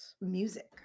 music